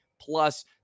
Plus